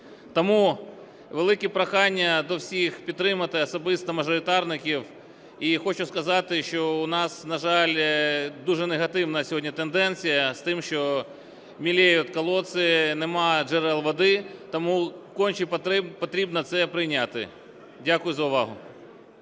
Тому велике прохання до всіх підтримати, особисто мажоритарників. І хочу сказати, що у нас, на жаль, дуже негативна сьогодні тенденція з тим, що мелеют колодцы, нема джерел води, тому конче потрібно це прийняти. Дякую за увагу.